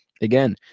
Again